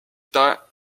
temps